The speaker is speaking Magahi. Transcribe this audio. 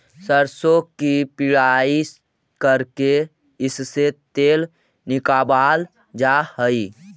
सरसों की पिड़ाई करके इससे तेल निकावाल जा हई